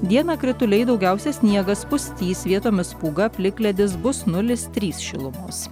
dieną krituliai daugiausia sniegas pustys vietomis pūga plikledis bus nulis trys šilumos